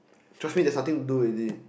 trust me there's nothing to do already